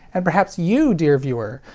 and perhaps you, dear viewer,